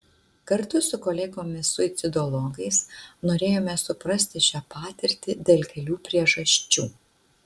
kartu su kolegomis suicidologais norėjome suprasti šią patirtį dėl kelių priežasčių